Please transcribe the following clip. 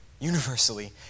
Universally